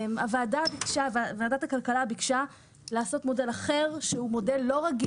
הוועדה הזאת מנהלת את הפיילוט השני, כך אני מתרשם.